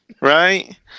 right